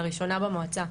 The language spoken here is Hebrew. לראשונה במועצה,